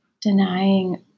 denying